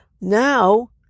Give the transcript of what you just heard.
Now